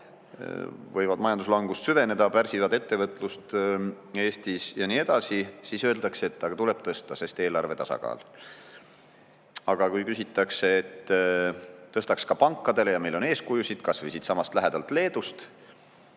võivad majanduslangust süvendada, pärsivad ettevõtlust Eestis ja nii edasi, siis öeldakse, et tuleb tõsta, sest eelarve tasakaal. Aga kui küsitakse, et tõstaks ka pankadele, ja meil on eeskujusid kas või siitsamast lähedalt Leedust,